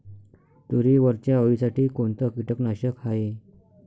तुरीवरच्या अळीसाठी कोनतं कीटकनाशक हाये?